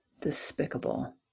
despicable